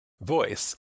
voice